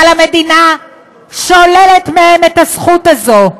אבל המדינה שוללת מהם את הזכות הזאת,